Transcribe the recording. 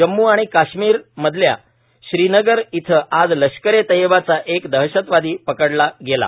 जम्म् आणि काश्मीर मधल्या श्रीनगर इथं आज लष्कर ए तैयबाचा एक दहशतवादी पकडला गेला आहे